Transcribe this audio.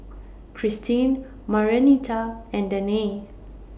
Christin Marianita and Danae